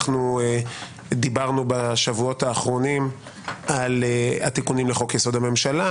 אנחנו דיברנו בשבועות האחרונים על התיקונים לחוק-יסוד: הממשלה,